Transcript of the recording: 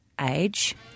age